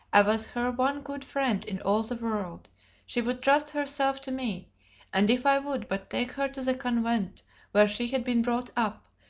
i was her one good friend in all the world she would trust herself to me and if i would but take her to the convent where she had been brought up,